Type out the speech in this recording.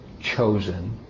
chosen